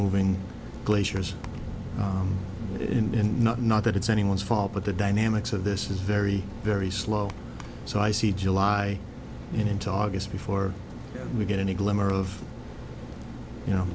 moving glaciers in not not that it's anyone's fault but the dynamics of this is very very slow so i see july and into august before we get any glimmer of you know